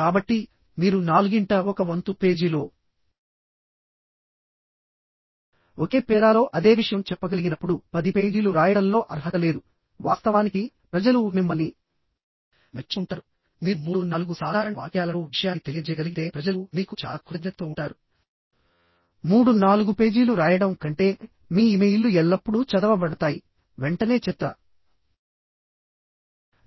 కాబట్టి మీరు నాలుగింట ఒక వంతు పేజీలో ఒకే పేరాలో అదే విషయం చెప్పగలిగినప్పుడు పది పేజీలు వ్రాయడంలో అర్హత లేదు వాస్తవానికి ప్రజలు మిమ్మల్ని మెచ్చుకుంటారు మీరు మూడు నాలుగు సాధారణ వాక్యాలలో విషయాన్ని తెలియజేయగలిగితే ప్రజలు మీకు చాలా కృతజ్ఞతతో ఉంటారు మూడు నాలుగు పేజీలు వ్రాయడం కంటే మీ ఇమెయిల్లు ఎల్లప్పుడూ చదవబడతాయి వెంటనే చెత్త